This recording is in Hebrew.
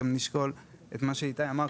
גם נשקול את מה שאיתי אמר,